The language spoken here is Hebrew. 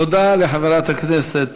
תודה לחברת הכנסת